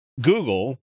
Google